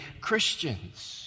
Christians